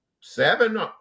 seven